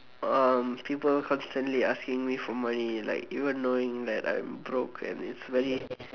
um people constantly asking me for money like even knowing that I'm broke and it's very